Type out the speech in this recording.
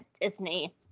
Disney